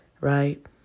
right